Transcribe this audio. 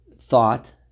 thought